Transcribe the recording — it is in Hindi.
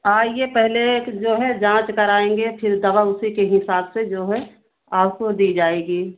आइए पहले एक जो है जाँच कराएंगे फिर दवा उसी के हिसाब से जो है आपको दी जाएगी